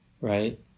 Right